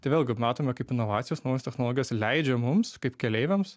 tai vėlgi kaip matome kaip inovacijos naujos technologijos leidžia mums kaip keleiviams